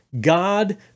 God